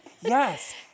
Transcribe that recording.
Yes